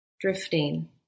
drifting